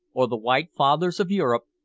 or the white fathers of europe,